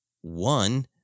One